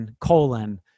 colon